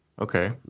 Okay